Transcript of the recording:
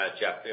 jeff